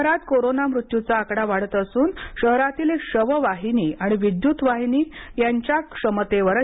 शहरात कोरोना मृत्यूचा आकडा वाढत असून शहरातील शववाहिनी आणि विद्युत वाहिनी यांच्या क्षमतेवरही मर्यादा येत आहे